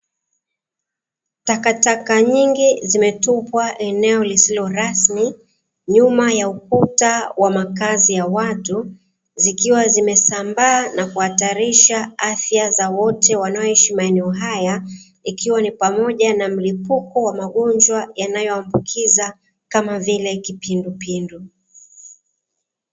Takataka nyingi zimetupwa eneo lisilo rasmi, nyuma ya ukuta wa makazi ya watu, zikiwa zimesambaa na kuhatarisha afya za wote wanaoishi maeneo haya, ikiwa ni pamoja na mlipuko wa magonjwa yanayoambukiza, kama vile kipindupindu.